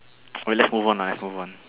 okay let's move on lah let's move on